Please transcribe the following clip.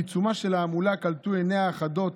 בעיצומה של ההמולה, קלטו עיניה החדות